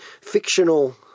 Fictional